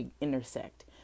intersect